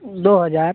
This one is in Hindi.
दो हज़ार